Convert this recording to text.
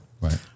Right